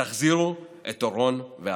תחזירו את אורון והדר.